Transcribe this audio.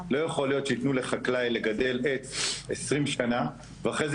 לא יכול להיות שיתנו לחקלאי לגדל עץ 20 שנים ואחרי זה